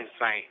insane